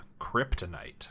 Kryptonite